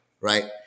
Right